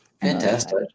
fantastic